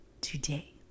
today